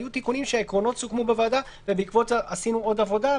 היו תיקונים שהעקרונות סוכמו בוועדה ובעקבות זה עשינו עוד עבודה,